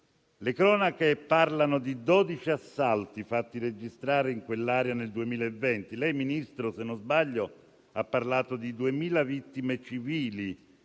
Le cronache parlano di 12 assalti fatti registrare in quell'area nel 2020. Lei, Ministro, se non sbaglio, ha parlato di 2.000 vittime civili,